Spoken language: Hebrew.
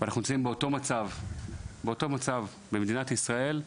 ואנחנו נמצאים באותו מצב באותו מצב במדינת ישראל,